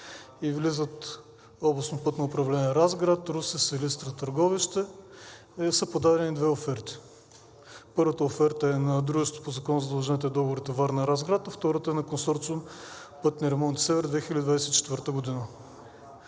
5, влизат областните пътни управления – Разград, Русе, Силистра, Търговище, и са подадени две оферти. Първата оферта е на дружеството по Закона за задълженията и договорите „Варна – Разград“, а втората е на Консорциум „Пътни ремонти Север 2024 г.“.